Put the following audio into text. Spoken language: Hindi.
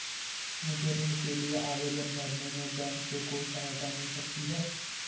मुझे ऋण के लिए आवेदन भरने में बैंक से कोई सहायता मिल सकती है?